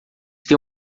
têm